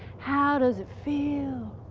how does it feel